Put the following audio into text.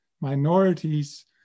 minorities